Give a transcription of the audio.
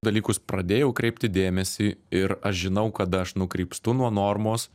dalykus pradėjau kreipti dėmesį ir aš žinau kada aš nukrypstu nuo normos